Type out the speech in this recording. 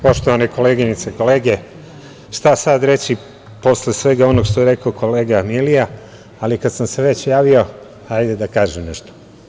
Poštovane koleginice i kolege, šta sada reći posle svega onoga što je rekao kolega Milija, ali kada sam se već javio, hajde da kažem nešto.